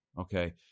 Okay